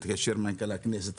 מתקשר מנכ"ל הכנסת,